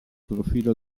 profilo